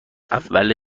اول